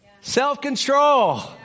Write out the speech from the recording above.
self-control